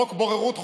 חוק בוררות חובה,